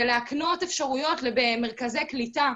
זה להקנות אפשרויות במרכזי קליטה.